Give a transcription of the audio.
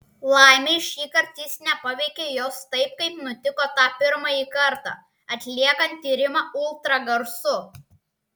laimei šįkart jis nepaveikė jos taip kaip nutiko tą pirmąjį kartą atliekant tyrimą ultragarsu